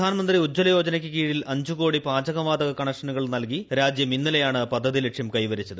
പ്രധാനമന്ത്രി ഉജ്ജ്വല യോജനയ്ക്ക് കീഴിൽ അഞ്ചു കോടി പാചകവാതക കണക്ഷനുകൾ നൽകി രാജ്യം ഇന്നലെയാണ് പദ്ധതി ലക്ഷ്യം കൈവരിച്ചത്